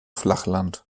flachland